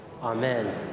amen